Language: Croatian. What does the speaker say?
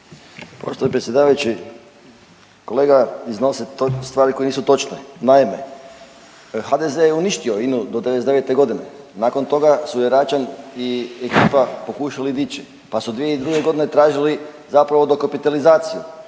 Poštovani predsjedavajući, kolega iznosi stvari koje nisu točne. Naime, HDZ je uništio INA-u do '99.g., nakon toga su je Račan i ekipa pokušali dići, pa su 2002.g. tražili zapravo dokapitalizaciju